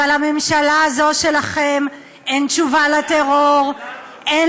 אבל לממשלה הזו שלכם אין תשובה לטרור, שלנו.